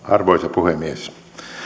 arvoisa puhemies